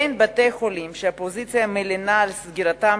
בין בתי-החולים שהאופוזיציה מלינה על סגירתם